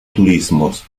turismos